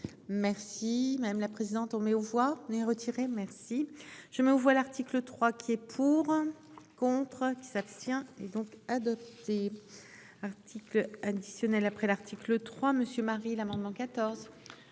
Merci madame la présidente. On mets aux voix n'est retiré. Merci. Je me vois l'article 3 qui est pour. Contre qui s'abstient et donc adopté. Un article additionnel après l'article 3, Monsieur Marie. L'amendement 14.